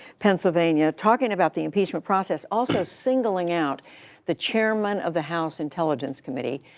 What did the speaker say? pennsylvania, talking about the impeachment process, also singling out the chairman of the house intelligence committee,